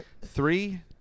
Three